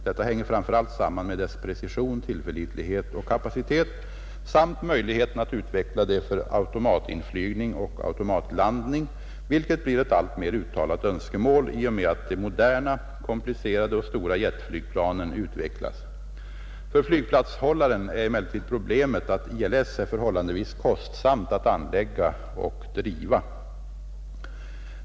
Detta hänger framför allt samman med dess precision, tillförlitlighet och kapacitet samt möjligheten att utveckla det för automatinflygning och automatlandning, vilket blir ett alltmer uttalat önskemål i och med att de moderna, komplicerade och stora jetflygplanen utvecklas. För flygplatshållaren är emellertid problemet att ILS är förhållandevis kostsamt att anlägga och driva.